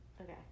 Okay